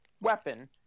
weapon